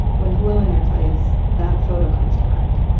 when hello in there plays, that photo comes to mind.